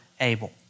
Abel